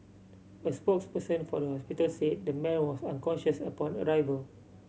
a spokesperson for the hospital say the man was unconscious upon arrival